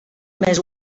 més